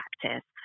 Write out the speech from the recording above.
practice